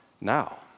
now